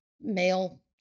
male